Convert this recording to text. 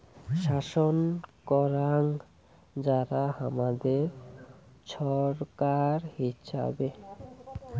শাসন করাং যারা হামাদের ছরকার হিচাবে